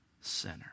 sinner